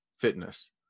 fitness